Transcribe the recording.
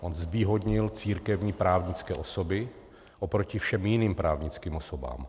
On zvýhodnil církevní právnické osoby oproti všem jiným právnickým osobám.